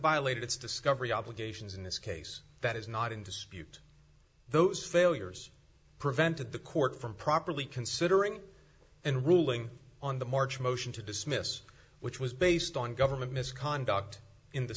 violated its discovery obligations in this case that is not in dispute those failures prevented the court from properly considering and ruling on the march motion to dismiss which was based on government misconduct in the